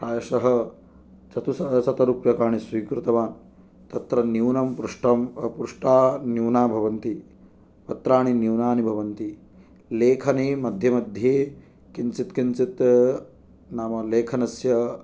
प्रायशः चतुस्सहस्र रूप्यकाणि स्वीकृतवान् तत्र न्यूनं पृष्टं पृष्टाः न्यूनाः भवन्ति पत्राणि न्यूनानि भवन्ति लेखनी मध्ये मध्ये किञ्चित् किञ्चित् नाम लेखनस्य